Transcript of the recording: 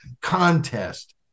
contest